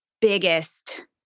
biggest